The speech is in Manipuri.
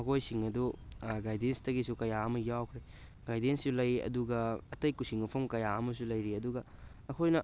ꯃꯈꯣꯏꯁꯤꯡ ꯑꯗꯨ ꯒꯥꯏꯗꯦꯟꯁꯇꯒꯤꯁꯨ ꯀꯌꯥ ꯑꯃ ꯌꯥꯎꯈ꯭ꯔꯦ ꯒꯥꯏꯗꯦꯟꯁꯁꯨ ꯂꯩ ꯑꯗꯨꯒ ꯑꯇꯩ ꯀꯣꯆꯤꯡ ꯃꯐꯝ ꯀꯌꯥ ꯑꯃꯁꯨ ꯂꯩꯔꯤ ꯑꯗꯨꯒ ꯑꯩꯈꯣꯏꯅ